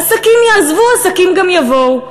עסקים יעזבו, עסקים גם יבואו.